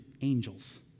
angels